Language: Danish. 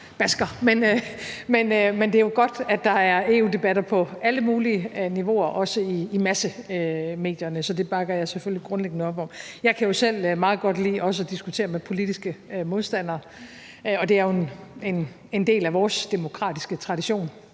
kioskbasker, men det er jo godt, at der er EU-debatter på alle mulige niveauer, også i massemedierne, så det bakker jeg selvfølgelig grundlæggende op om. Jeg kan jo selv meget godt lide også at diskutere med politiske modstandere, og det er jo en del af vores demokratiske tradition,